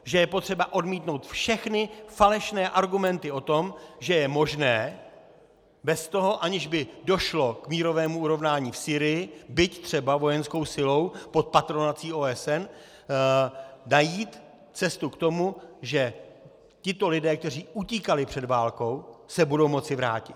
Že je potřeba odmítnout všechny falešné argumenty o tom, že je možné bez toho, aniž by došlo k mírovému urovnání v Sýrii, byť třeba vojenskou silou pod patronací OSN, najít cestu k tomu, že tito lidé, kteří utíkali před válkou, se budou moci vrátit.